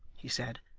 he said,